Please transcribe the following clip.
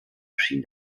erschien